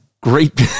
great